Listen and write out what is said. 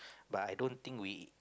but I don't think we